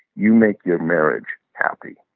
you make your marriage happy.